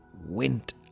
went